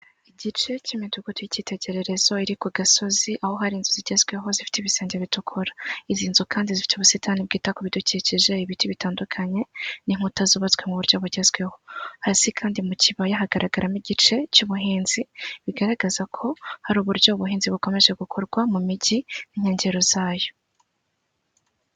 Igice cy'imidugudu y'icyitegererezo iri ku gasozi aho hari inzu zigezweho zifite ibisenge bitukura, izi nzu kandi zifite ubusitani bwita ku bidukikije, ibiti bitandukanye n'inkuta zubatswe mu buryo bugezweho hasi kandi mu kibaya hagaragaramo igice cy'ubuhinzi bigaragaza ko hari uburyo ubuhinzi bukomeje gukorwa mu mijyiinkengero zayo.